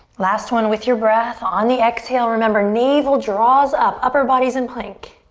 last one with your breath, on the exhale, remember, navel draws up, upper body's in plank.